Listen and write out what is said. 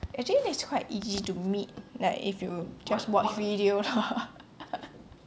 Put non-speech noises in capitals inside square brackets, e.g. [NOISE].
actually that is quite easy to meet like if you just watch video lor [LAUGHS]